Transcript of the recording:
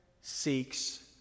seeks